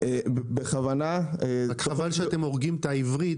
בכוונה --- חבל שאתם הורגים את העברית